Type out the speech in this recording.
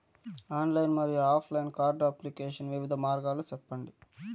Online మరియు offline card application వివిధ మార్గాలు సెప్పండి?